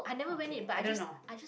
okay I don't know